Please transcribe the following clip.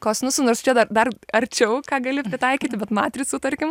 kosinusų nors čia dar dar arčiau ką gali pritaikyti bet matricų tarkim